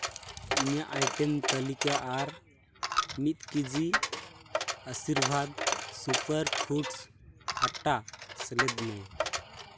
ᱤᱧᱟᱹᱜ ᱟᱭᱴᱮᱢ ᱛᱟᱹᱞᱤᱠᱟ ᱟᱨ ᱢᱤᱫ ᱠᱮᱡᱤ ᱟᱥᱤᱨᱵᱟᱫᱽ ᱥᱩᱯᱟᱨ ᱯᱷᱩᱰᱥ ᱟᱴᱟ ᱥᱮᱞᱮᱫ ᱢᱮ